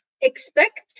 expect